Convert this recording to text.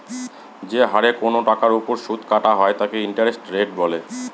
যে হারে কোনো টাকার ওপর সুদ কাটা হয় তাকে ইন্টারেস্ট রেট বলে